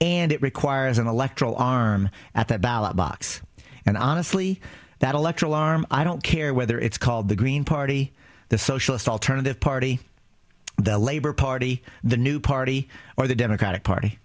and it requires an electoral arm at the ballot box and honestly that electoral arm i don't care whether it's called the green party the socialist alternative party the labor party the new party or the democratic party